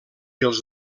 els